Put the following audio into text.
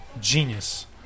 genius